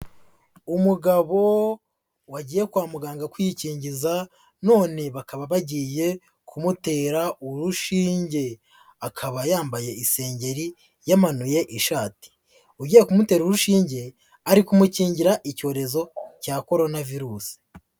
Umugabo wagiye kwa muganga kwikingiza none bakaba bagiye kumutera urushinge, akaba yambaye isengeri, yamanuye ishati, ugiye kumutera urushinge ari kumukingira icyorezo cya Korona viusi.